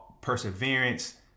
perseverance